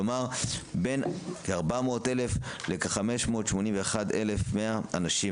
כלומר בין כ-400,000 ל-כ-581,100 אנשים.